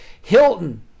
Hilton